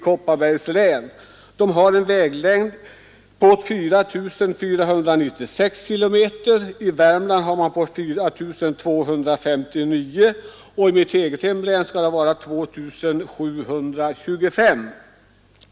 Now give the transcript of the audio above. Kopparbergs län har 4 496 kilometer väg, i Värmlands län finns 4 259 kilometer och i mitt eget hemlän 2725.